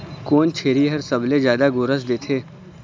कोन छेरी हर सबले जादा गोरस देथे?